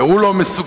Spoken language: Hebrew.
והוא לא מסוגל,